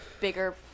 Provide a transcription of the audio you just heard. bigger